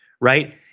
right